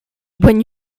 when